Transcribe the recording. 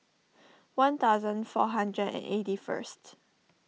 one thousand four hundred and eighty first